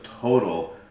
total